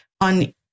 on